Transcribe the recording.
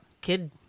kid